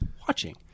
watching